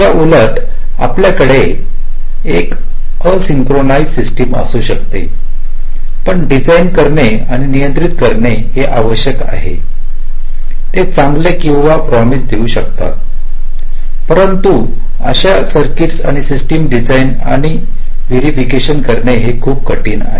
याउलट आपल्याकडे एक एसिंक्रोनस सिस्टम असू शकते पण डीजाइन करणे आणि नियंत्रित करणे हे आवश्यक आहे ते चांगले किंवा प्रॉमिस देऊ शकतात परंतु अशा सर्किट्स आणि सस्टीमची डीजाइन आणि व्हेररफकेशन करणे हे खूप कठीण आहे